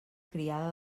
criada